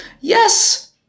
Yes